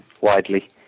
widely